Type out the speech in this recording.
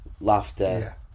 laughter